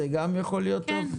זה גם יכול להיות טוב.